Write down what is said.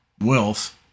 wealth